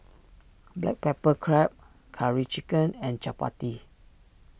Black Pepper Crab Curry Chicken and Chappati